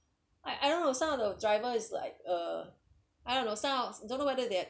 I I don't know some of the driver is like uh I don't know some of don't know whether they're